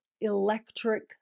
electric